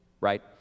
right